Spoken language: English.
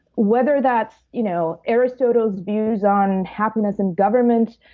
whether that's you know aristotle's views on happiness and government,